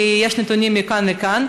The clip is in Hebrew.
כי יש נתונים לכאן ולכאן,